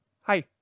hi